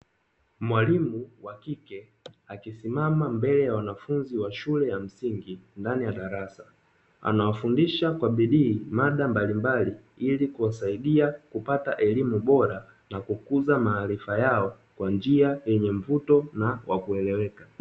Mwalimu wa kike akisimama mbele ya wanafunzi wa shule ya msingi ndani ya darasa, anawafundisha kwa bidii mada mbalimbali ili kuwasaidia kupata elimu bora na kukuza maarifa yao kwa njia yenye mvuto na wa kueleweka.